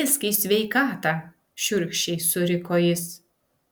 ėsk į sveikatą šiurkščiai suriko jis